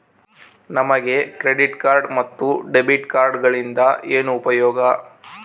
ನಮಗೆ credit card ಮತ್ತು debit ಕಾರ್ಡುಗಳಿಂದ ಏನು ಉಪಯೋಗ?